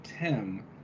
Tim